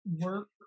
work